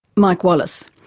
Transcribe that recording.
mike wallace.